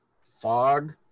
fog